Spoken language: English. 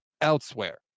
elsewhere